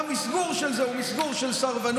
המסגור של זה הוא מסגור של סרבנות.